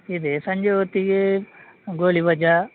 ಇದೆ ಸಂಜೆ ಹೊತ್ತಿಗೆ ಗೋಲಿಬಜ್ಜಾ